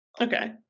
Okay